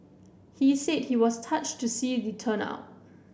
he said he was touched to see the turnout